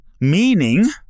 meaning